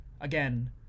again